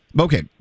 Okay